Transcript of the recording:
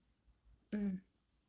mm